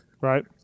right